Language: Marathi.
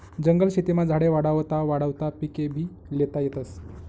जंगल शेतीमा झाडे वाढावता वाढावता पिकेभी ल्हेता येतस